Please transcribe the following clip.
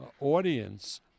audience